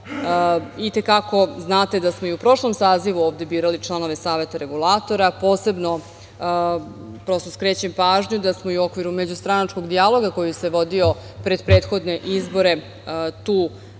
i te kako znate da smo i u prošlom sazivu ovde birali članove Saveta regulatora, posebno skrećem pažnju da smo i u okviru međustranačkog dijaloga koji se vodio pred prethodne izbore tu, da kažem,